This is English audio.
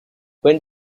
when